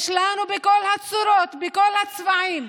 יש לנו בכל הצורות, בכל הצבעים,